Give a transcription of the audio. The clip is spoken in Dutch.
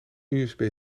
usb